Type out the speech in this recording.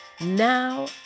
now